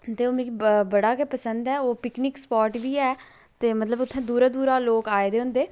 ते ओह् मिगी बड़ा गै पसंद ऐ पिकनिक स्पॉट बी ऐ ते मतलब उत्थै दूरा दूरा लोक आए दे होंदे